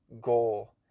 goal